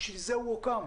בשביל זה היא הוקמה.